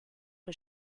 was